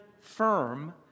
firm